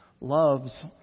loves